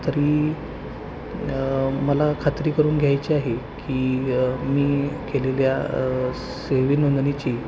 तरी मला खात्री करून घ्यायची आहे की मी केलेल्या सेवेनोंदणीची